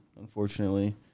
unfortunately